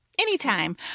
anytime